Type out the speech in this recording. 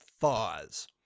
thaws